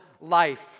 life